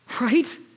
right